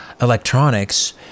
electronics